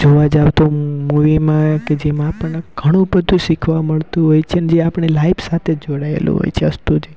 જોવા જાવ તો મૂવીમાં કે જેમ આપણને ઘણુંબધુ શીખવા મળતું હોય છે જે આપણી લાઈફ સાથે જોડાએલું હોય છે અસ્તુ